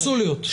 בקונסוליות.